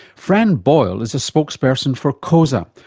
fran boyle is a spokesperson for cosa,